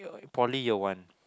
in poly year one